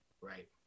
right